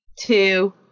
two